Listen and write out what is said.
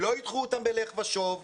לא ידחו אותך בלך ושוב,